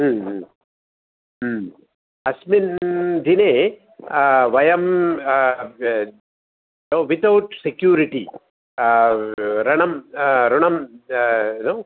अस्मिन् दिने वयं वितौट् सेक्युरिटि ऋणं ऋणं यु नो